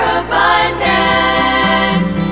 abundance